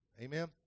Amen